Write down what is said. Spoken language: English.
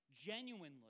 genuinely